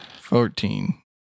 Fourteen